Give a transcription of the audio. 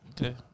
Okay